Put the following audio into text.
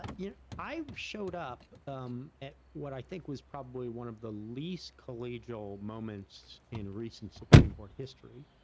but yeah i showed up um at what i think was probably one of the least collegial moments in recent supreme court history,